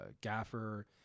gaffer